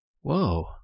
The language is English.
Whoa